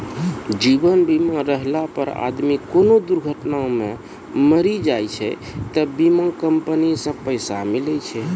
जीवन बीमा रहला पर आदमी कोनो दुर्घटना मे मरी जाय छै त बीमा कम्पनी से पैसा मिले छै